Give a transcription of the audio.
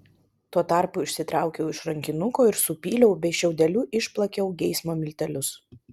tuo tarpu išsitraukiau iš rankinuko ir supyliau bei šiaudeliu išplakiau geismo miltelius